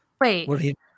Wait